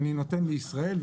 אני נותן לישראל,